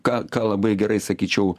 ką ką labai gerai sakyčiau